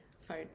phone